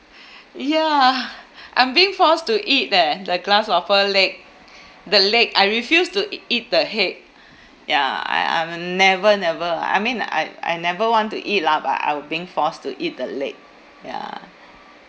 ya I'm being forced to eat leh the grasshopper leg the leg I refused to e~ eat the head ya I I'm never never I mean I I never want to eat lah but I were being forced to eat the leg ya